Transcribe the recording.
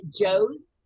Joe's